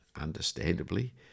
understandably